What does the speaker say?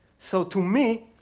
so to me,